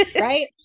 Right